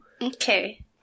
Okay